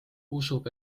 usub